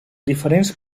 diferents